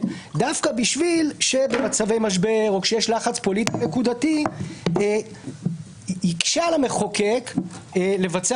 דווקא בשביל שבמצבי משבר או כשיש לחץ פוליטי נקודתי יקשה על המחוקק לבצע